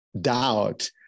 doubt